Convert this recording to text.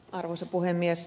arvoisa puhemies